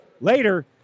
later